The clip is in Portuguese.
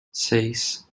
seis